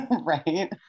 Right